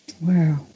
Wow